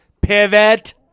pivot